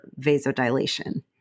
vasodilation